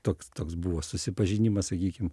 toks toks buvo susipažinimas sakykim